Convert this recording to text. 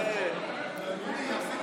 תפסיק